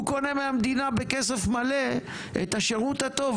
הוא קונה מהמדינה בכסף מלא את השירות הטוב